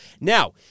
Now